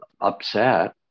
upset